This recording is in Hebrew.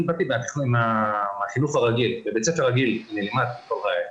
אני באתי מהחינוך הרגיל, לימדתי בבית ספר רגיל,